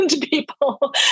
People